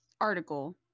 article